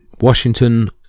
Washington